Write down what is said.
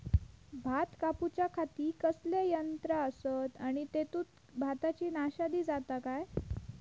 भात कापूच्या खाती कसले यांत्रा आसत आणि तेतुत भाताची नाशादी जाता काय?